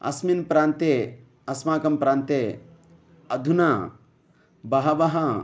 अस्मिन् प्रान्ते अस्माकं प्रान्ते अधुना बहवः